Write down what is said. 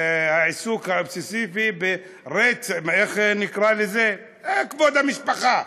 העיסוק האובססיבי, איך נקרא לזה, "כבוד המשפחה".